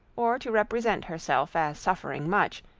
or to represent herself as suffering much,